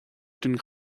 den